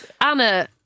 Anna